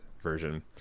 version